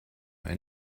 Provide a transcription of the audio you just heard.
ein